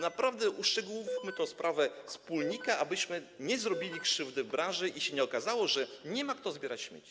Naprawdę uszczegółówmy tę sprawę wspólnika, abyśmy nie zrobili krzywdy branży i aby się nie okazało, że nie ma kto zbierać śmieci.